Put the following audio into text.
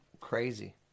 Crazy